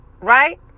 Right